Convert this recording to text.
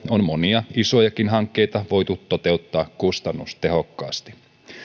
on monia isojakin hankkeita voitu toteuttaa kustannustehokkaasti